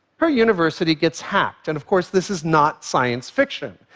her university gets hacked. and of course, this is not science fiction.